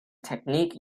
technique